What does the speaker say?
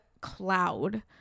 cloud